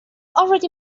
already